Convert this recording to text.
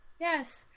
Yes